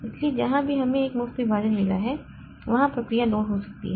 इसलिए जहां भी हमें एक मुफ्त विभाजन मिला है वहां प्रक्रिया लोड हो सकती है